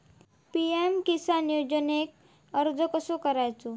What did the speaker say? PM Kisan योजनेक अर्ज कसो करायचो?